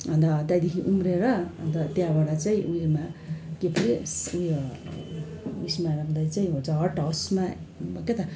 अन्त त्यहाँदेखि उम्रेर अन्त त्यहाँबाट चाहिँ ऊ योमा के ऊ यो उसमा भन्दा चाहिँ हट हाउसमा अब के त